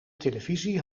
televisie